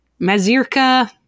Mazirka